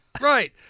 right